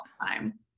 Time